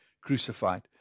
crucified